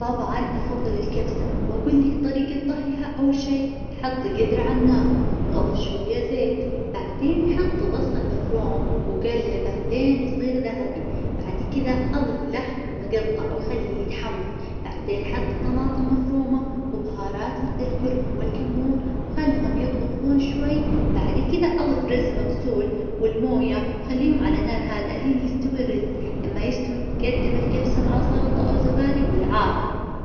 طبعا أفظل الكبسة وأقول لك طريقة طهيها أول شي حط قدر عالنار، واظف شوية زيت بعدين حط بصل مفروم وقلبه لين يصير ذهبي، بعد كذا اظف لحم مقطع وخليه يتحمر، بعدين حط طماطم مفرومة وبهارات مثل الكركم والكمون وخليهم يطبخون شوي، بعد كذا اظف رز مغسول والمويه خليهم على نار هادية لين يستوي الرز، لما يستوي قدم الكبسة مع سلطة أو زبادي وبالعافية.